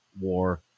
war